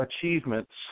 achievements